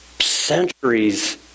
centuries